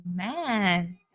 Amen